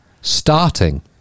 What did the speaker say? starting